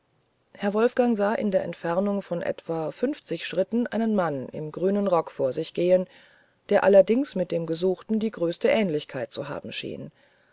herr wolfgang sah in der entfernung von etwa fünfzig schritten einen mann im grünen rock vor sich gehen der allerdings mit dem gesuchten die größte ähnlichkeit zu haben schien